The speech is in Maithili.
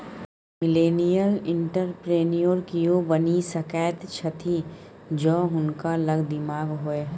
मिलेनियल एंटरप्रेन्योर कियो बनि सकैत छथि जौं हुनका लग दिमाग होए